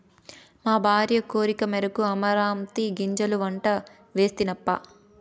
మా భార్య కోరికమేరకు అమరాంతీ గింజల పంట వేస్తినప్పా